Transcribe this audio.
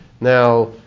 Now